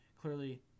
clearly